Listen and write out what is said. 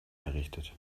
errichtet